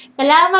hello!